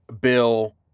Bill